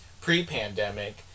pre-pandemic